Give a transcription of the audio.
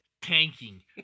Tanking